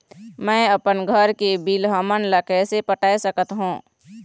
मैं अपन घर के बिल हमन ला कैसे पटाए सकत हो?